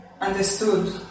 understood